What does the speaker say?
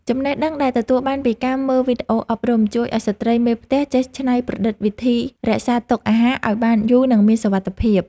ចំណេះដឹងដែលទទួលបានពីការមើលវីដេអូអប់រំ ជួយឱ្យស្ត្រីមេផ្ទះចេះច្នៃប្រឌិតវិធីរក្សាទុកអាហារឱ្យបានយូរនិងមានសុវត្ថិភាព។